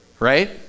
right